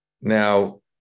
Now